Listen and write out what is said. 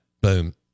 boom